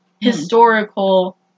historical